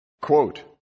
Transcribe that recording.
Quote